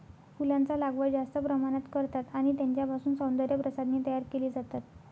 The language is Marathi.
फुलांचा लागवड जास्त प्रमाणात करतात आणि त्यांच्यापासून सौंदर्य प्रसाधने तयार केली जातात